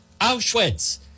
auschwitz